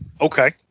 Okay